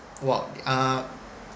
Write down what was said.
!wah! uh